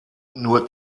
nur